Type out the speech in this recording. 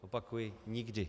Opakuji, nikdy.